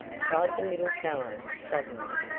cried the little fellow suddenly,